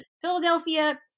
Philadelphia